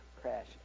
crash